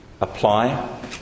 apply